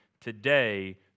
today